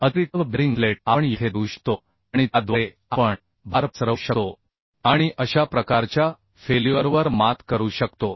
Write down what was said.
अतिरिक्त bearing plate आपण येथे देऊ शकतो आणि त्याद्वारे आपण भार पसरवू शकतो आणि अशा प्रकारच्या फेल्युअरवर मात करू शकतो